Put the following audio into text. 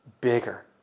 bigger